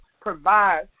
provide